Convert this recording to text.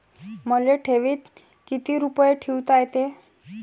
मले ठेवीत किती रुपये ठुता येते?